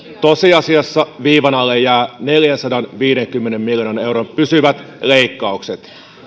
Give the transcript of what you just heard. tosiasiassa viivan alle jäävät neljänsadanviidenkymmenen miljoonan euron pysyvät leikkaukset